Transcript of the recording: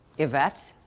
yvette.